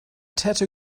täte